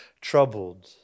troubled